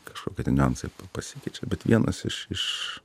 kažkokie ten niuansai pasikeičia bet vienas iš iš